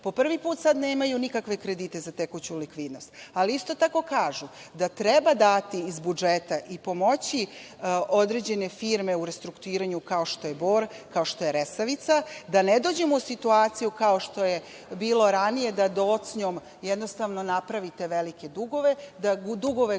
po prvi put sada nemaju nikakve kredite za tekuću likvidnost, ali isto tako kažu da treba dati iz budžeta i pomoći određene firme u restrukturiranju ko što je Bor, kao što je Resavica, da ne dođemo u situaciju kao što je bilo ranije da docnjom jednostavno napravite velike dugove, da dugove